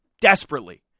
Desperately